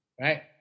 Right